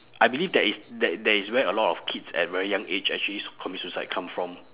I believe that is that that is where a lot of kids at very young age actually commit suicide come from